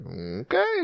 Okay